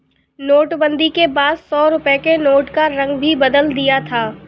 नोटबंदी के बाद सौ रुपए के नोट का रंग भी बदल दिया था